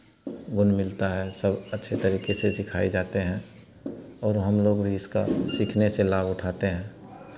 गुण मिलता है सब अच्छे तरीके से सिखाए जाते हैं और हम लोग भी इसका सीखने से लाभ उठाते हैं